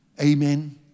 Amen